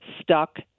stuck